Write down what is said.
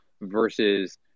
versus